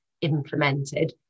implemented